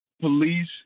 police